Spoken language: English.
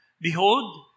Behold